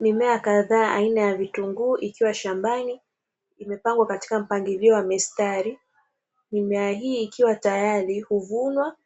Mimea kadhaa aina ya vitunguu ikiwa shambani, imepangwa katika mpangilio wa mistari. Mimea hii ikiwa tayari huvunwa,